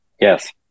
Yes